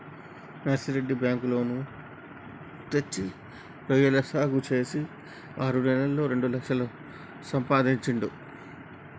Narsireddy bank loan తెచ్చి రొయ్యల సాగు చేసి ఆరు నెలల్లోనే రెండు లక్షలు సంపాదించిండు